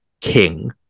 king